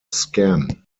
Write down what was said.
scam